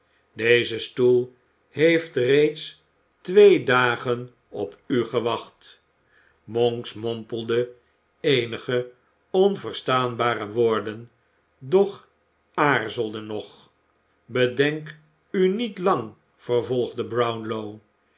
deze stoel heeft reeds twee dagen op u gewacht monks mompelde eenige onverstaanbare woorden doch aarzelde nog bedenk u niet lang vervolgde brownlow